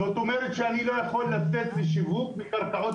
זאת אומרת שאני לא יכול לצאת לשיווק לקרקעות